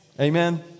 Amen